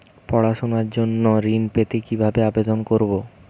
পড়াশুনা জন্য ঋণ পেতে কিভাবে আবেদন করব?